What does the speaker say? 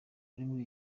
rurimi